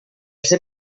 ser